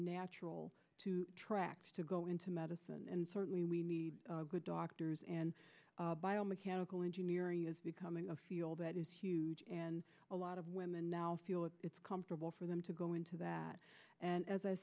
natural to attract to go into medicine and certainly we need good doctors and biomechanical engineering is becoming a field that is huge and a lot of women now feel that it's comfortable for them to go into that and as i